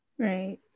right